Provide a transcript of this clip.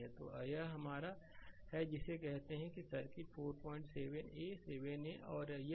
तो अगर यह हमारा जिसे कहते हैं सर्किट 47 a 7 a और यह सर्किट 7 b है